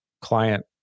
client